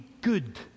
good